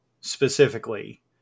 specifically